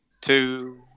Two